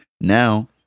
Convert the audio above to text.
Now